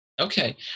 Okay